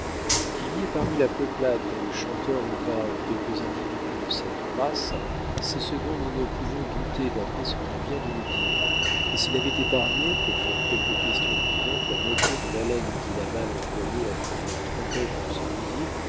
qu'il y ait parmi la peuplade dont le chanteur nous parle quelques individus de cette race c'est ce dont nous ne pouvons douter d'après ce qu'il vient de nous dire et s'il avait épargné pour faire quelques questions prudentes la moitié de l'haleine qu'il a mal employée à faire une trompette de son gosier